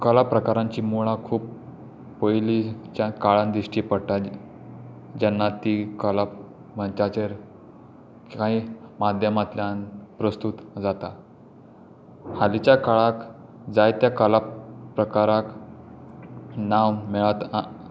कला प्रकारांची मुळां खूब पयलींच्या काळांत दिश्टी पडटा जेन्ना ती कला मंचाचेर काय माध्यमांतल्यान प्रस्तूत जाता हालींच्या काळांत जायत्या कला प्रकाराक नांव मेळत हा